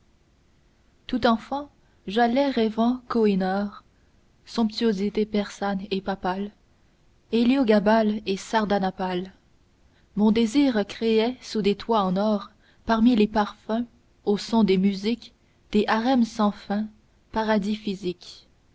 tout enfant j'allais rêvant ko-hinnor somptuosité persane et papale héliogabale et sardanapale mon désir créait sous des toits en or parmi les parfums au son des musiques des harems sans fin paradis physiques